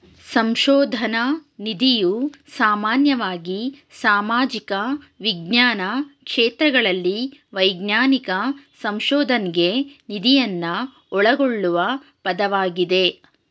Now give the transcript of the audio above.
ಸಂಶೋಧನ ನಿಧಿಯು ಸಾಮಾನ್ಯವಾಗಿ ಸಾಮಾಜಿಕ ವಿಜ್ಞಾನ ಕ್ಷೇತ್ರಗಳಲ್ಲಿ ವೈಜ್ಞಾನಿಕ ಸಂಶೋಧನ್ಗೆ ನಿಧಿಯನ್ನ ಒಳಗೊಳ್ಳುವ ಪದವಾಗಿದೆ